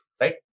Right